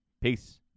Peace